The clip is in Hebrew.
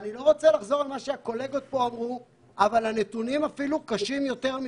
אני לא רוצה לחזור על מה שנאמר אבל הנתונים אפילו קשים יותר מזה.